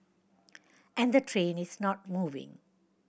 and the train is not moving